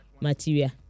material